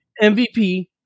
MVP